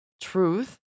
truth